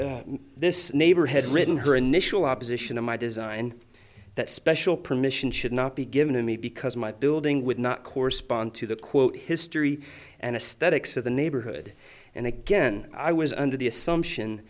so this neighbor had written her initial opposition to my design that special permission should not be given to me because my building would not correspond to the quote history and a statics of the neighborhood and again i was under the assumption